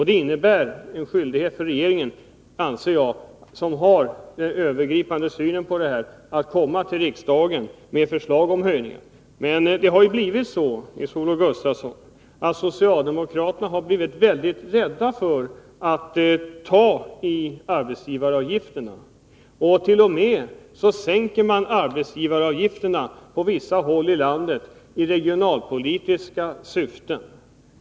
Det innebär en skyldighet för regeringen, som har det övergripande ansvaret, att gå till riksdagen med förslag om höjning, anser jag. Men det har ju blivit så, Nils-Olof Gustafsson, att socialdemokraterna blivit mycket rädda för att höja arbetsgivaravgifterna. Man t.o.m. sänker arbetsgivaravgifterna på vissa håll i landet i regionalpolitiskt syfte.